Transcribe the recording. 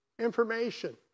information